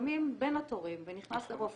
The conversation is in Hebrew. לפעמים בין התורים, ונכנס לרופא,